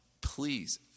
please